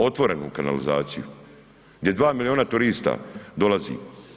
Otvorenu kanalizaciju gdje 2 milijuna turista dolazi.